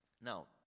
Now